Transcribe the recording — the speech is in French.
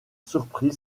surprise